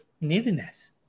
neediness